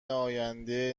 آیندهای